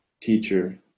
teacher